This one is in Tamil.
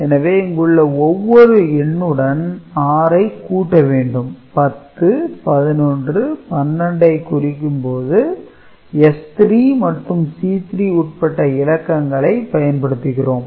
எனவே இங்குள்ள ஒவ்வொரு எண்ணுடன் 6 ஐ கூட்ட வேண்டும் 10 11 12 ஐ குறிக்கும் போது S3 மற்றும் C3 உட்பட்ட இலக்கங்களை பயன்படுத்துகின்றோம்